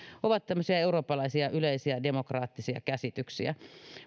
ovat tämmöisiä eurooppalaisia yleisiä demokraattisia käsityksiä